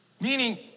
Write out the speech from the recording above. Meaning